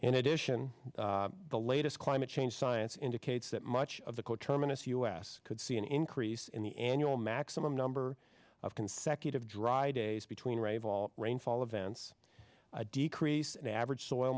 in addition the latest climate change science indicates that much of the coterminous us could see an increase in the annual maximum number of consecutive dry days between rainfall rainfall events a decrease in average soil